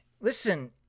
Listen